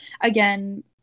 Again